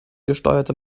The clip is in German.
gesteuerte